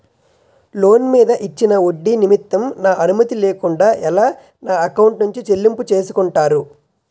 Loan మీద ఇచ్చిన ఒడ్డి నిమిత్తం నా అనుమతి లేకుండా ఎలా నా ఎకౌంట్ నుంచి చెల్లింపు చేసుకుంటారు?